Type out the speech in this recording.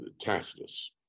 tacitus